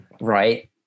right